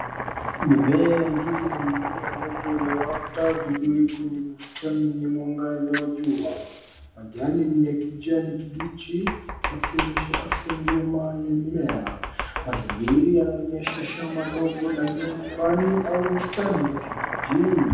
Mimea ya ndizi na mingine ya mboga imeota vizuri kwenye bustani yenye mwangaza wa jua. Majani ni ya kijani kibichi wakionyesha afya njema ya mimea. Mazingira yanaonyesha shamba ndogo la nyumbani au bustani ya kijijini.